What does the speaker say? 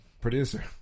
producer